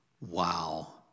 wow